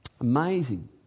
Amazing